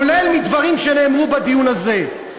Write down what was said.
כולל דברים שנאמרו בדיון הזה.